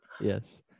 Yes